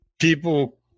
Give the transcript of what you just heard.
people